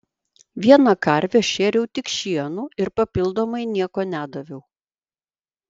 vieną karvę šėriau tik šienu ir papildomai nieko nedaviau